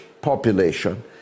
population